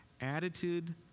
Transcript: Attitude